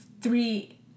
three